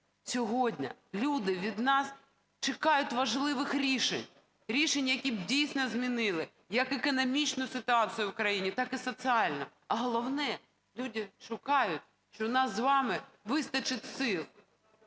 Сьогодні люди від нас чекають важливих рішень, рішень, які б дійсно змінили як економічну ситуацію в країні, так і соціальну. А головне, люди чекають, що у нас з вами вистачить сил,